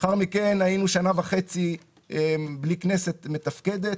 לאחר מכן היינו שנה וחצי בלי כנסת מתפקדת.